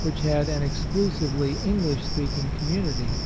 which had an exclusively english-speaking community